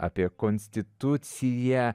apie konstituciją